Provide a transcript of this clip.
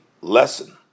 lesson